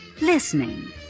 Listening